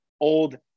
old